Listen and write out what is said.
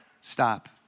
stop